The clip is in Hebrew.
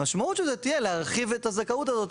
המשמעות של זה תהיה להרחיב את הזכאות הזאת